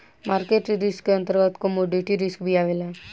market risk के अंतर्गत commodity risk भी आवेला